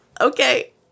Okay